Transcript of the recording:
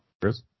Chris